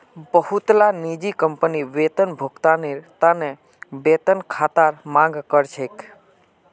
बहुतला निजी कंपनी वेतन भुगतानेर त न वेतन खातार मांग कर छेक